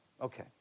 okay